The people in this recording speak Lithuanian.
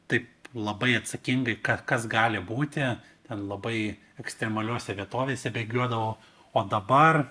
taip labai atsakingai ka kas gali būti ten labai ekstremaliose vietovėse bėgiodavau o dabar